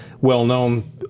well-known